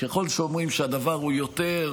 ככל שאומרים שהדבר הוא יותר,